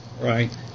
right